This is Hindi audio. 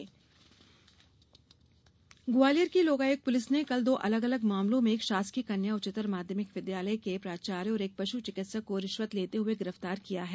रिश्वत गिरफ्तार ग्वालियर की लोकायुक्त पुलिस ने कल दो अलग अलग मामलों में एक शासकीय कन्या उच्चतर माध्यामिक विद्यालय के प्राचार्य और एक पशु चिकित्सक को रिश्वत लेते हुए गिरफ्तार किया है